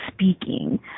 speaking